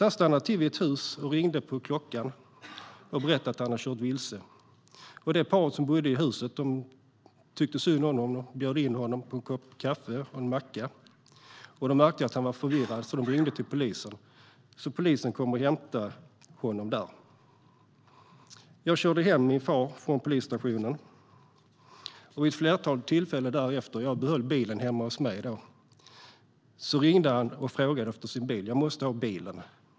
Han stannade till vid ett hus, ringde på dörrklockan och berättade att han hade kört vilse. Paret som bodde i huset tyckte synd om honom och bjöd in honom på en kopp kaffe och en macka. De märkte att han var förvirrad, så de ringde till polisen. Polisen kom och hämtade honom. Jag körde hem min far från polisstationen och behöll bilen hemma hos mig. Vid ett flertal tillfällen därefter ringde han och frågade efter sin bil. Jag måste ha bilen, sa han.